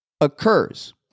occurs